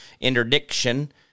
interdiction